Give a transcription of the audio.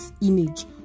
image